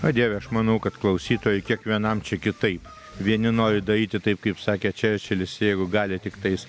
o dieve aš manau kad klausytojai kiekvienam čia kitaip vieni nori daryti taip kaip sakė čerčilis jeigu gali tiktais